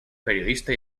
periodista